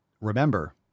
remember